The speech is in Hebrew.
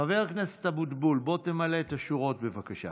חבר הכנסת אבוטבול, בוא תמלא את השורות, בבקשה.